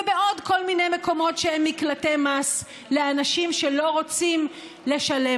ובעוד כל מיני מקומות שהם מקלטי מס לאנשים שלא רוצים לשלם